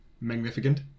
magnificent